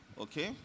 okay